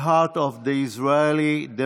the heart of the Israeli democracy.